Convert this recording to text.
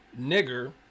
nigger